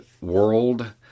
world